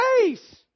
face